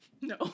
No